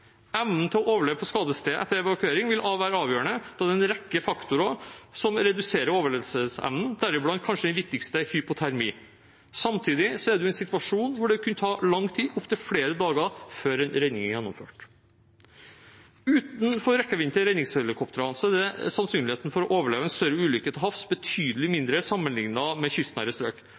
Evnen til å overleve på skadestedet etter evakuering vil være avgjørende, da det er en rekke faktorer som reduserer overlevelsesevnen, deriblant kanskje den viktigste, hypotermi. Samtidig er man i en situasjon hvor det kan ta lang tid, opptil flere dager, før en redning er gjennomført. Utenfor rekkevidden til redningshelikoptrene er sannsynligheten for å overleve en større ulykke til havs betydelig mindre sammenlignet med